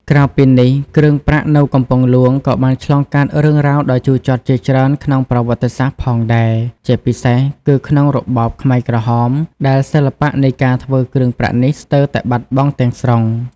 ក្រៅពីនេះ គ្រឿងប្រាក់នៅកំពង់ហ្លួងក៏បានឆ្លងកាត់រឿងរ៉ាវដ៏ជូរចត់ជាច្រើនក្នុងប្រវត្តិសាស្ត្រផងដែរ ជាពិសេសគឺក្នុងរបបខ្មែរក្រហម ដែលសិល្បៈនៃការធ្វើគ្រឿងប្រាក់នេះស្ទើរតែបាត់បង់ទាំងស្រុង។